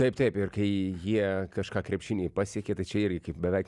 taip taip ir kai jie kažką krepšiny pasiekė tai čia irgi kaip beveik